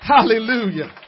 Hallelujah